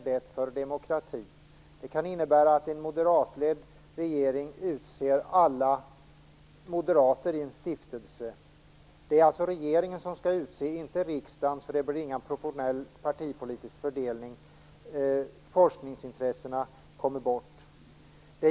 Det kan innebära att en moderatledd regering utser alla moderater i en stiftelse. Det är alltså regeringen som skall utse, inte riksdagen, så det blir ingen proportionell partipolitisk fördelning. Forskningsintressena kommer bort.